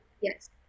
yes